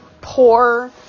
poor